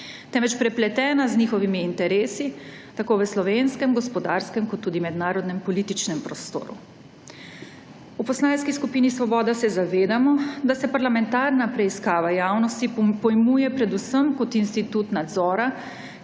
temveč prepletena z njihovimi interesi tako v slovenskem gospodarskem kot tudi mednarodnem političnem prostoru. V Poslanski skupini Svoboda se zavedamo, da se parlamentarna preiskava v javnosti pojmuje predvsem kot institut nadzora,